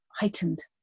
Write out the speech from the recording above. heightened